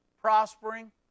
prospering